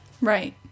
right